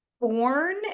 born